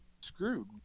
screwed